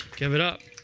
give it up.